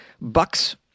bucks